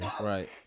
Right